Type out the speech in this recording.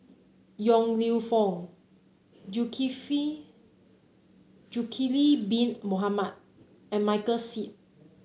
Yong Lew Foong Bin Mohamed and Michael Seet